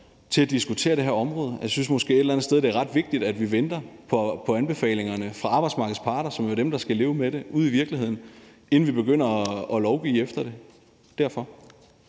til at diskutere det her område. Jeg synes måske et eller andet sted, at det er ret vigtigt, at vi venter på anbefalingerne fra arbejdsmarkedets parter, som jo er dem, der skal leve med det ude i virkeligheden, inden vi begynder at lovgive efter det. Det er